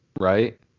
Right